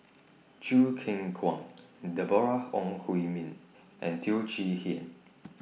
Choo Keng Kwang Deborah Ong Hui Min and Teo Chee Hean